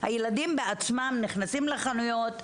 הילדים בעצמם נכנסים לחנויות,